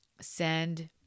send